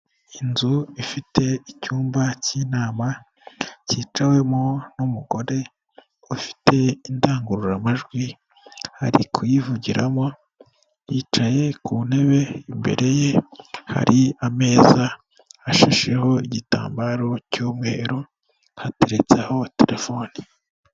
Inzu ifite icyumba cy'inama cyicawemo n'umugore ufite indangururamajwi arikuyivugiramo yicaye ku ntebe imbere ye hari ameza ashasheho igitambaro cy'umweru hateretseho telefoni.